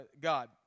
God